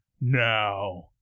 now